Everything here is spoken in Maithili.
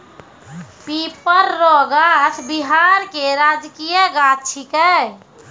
पीपर रो गाछ बिहार के राजकीय गाछ छिकै